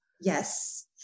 Yes